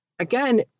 Again